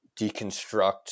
deconstruct